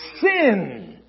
sin